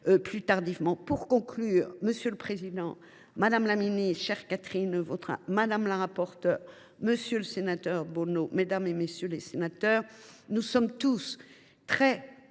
de revenir sur ce sujet. Monsieur le président, madame la ministre, chère Catherine Vautrin, madame la rapporteure, monsieur le sénateur Bonneau, mesdames, messieurs les sénateurs, nous sommes tous très